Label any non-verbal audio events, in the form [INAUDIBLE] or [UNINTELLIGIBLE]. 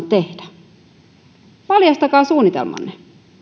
[UNINTELLIGIBLE] tehdä paljastakaa suunnitelmanne